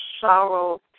sorrow